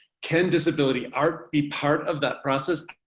can disability art be part of that process?